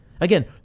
Again